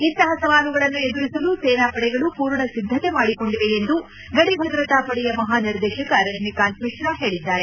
ಇಂತಹ ಸವಾಲುಗಳನ್ನು ಎದುರಿಸಲು ಸೇನಾಪಡೆಗಳು ಪೂರ್ಣ ಸಿದ್ದತೆ ಮಾಡಿಕೊಂಡಿವೆ ಎಂದು ಗಡಿಭದ್ರತಾ ಪಡೆಯ ಮಹಾನಿರ್ದೇಶಕ ರಜನಿಕಾಂತ್ ಮಿಶ್ರಾ ಹೇಳಿದ್ದಾರೆ